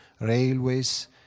railways